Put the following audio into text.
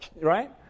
right